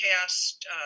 cast